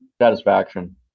Satisfaction